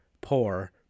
poor